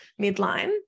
midline